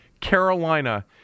Carolina –